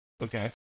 okay